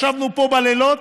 ישבנו פה בלילות,